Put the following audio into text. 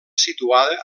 situada